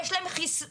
יש להם חסינות,